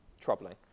troubling